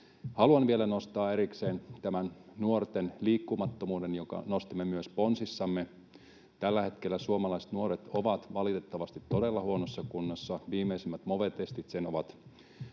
Haluan vielä nostaa erikseen tämän nuorten liikkumattomuuden, jonka nostimme myös ponsissamme. Tällä hetkellä suomalaiset nuoret ovat valitettavasti todella huonossa kunnossa. Viimeisimmät Move-testit ovat